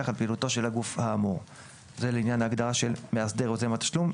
על פעילותו של הגוף האמור; זה לעניין ההגדרה של מאסדר יוזם תשלום.